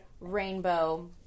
rainbow